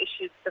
issues